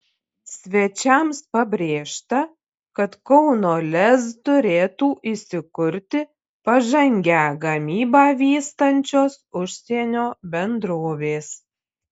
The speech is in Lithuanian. svečiams pabrėžta kad kauno lez turėtų įsikurti pažangią gamybą vystančios užsienio bendrovės